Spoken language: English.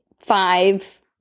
five